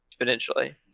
exponentially